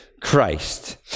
Christ